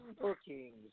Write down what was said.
bookings